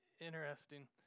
Interesting